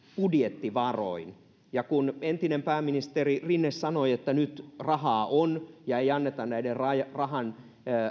budjettivaroin ja kun entinen pääministeri rinne sanoi että nyt rahaa on ja ei anneta näiden rahan